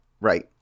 right